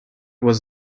was